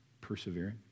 persevering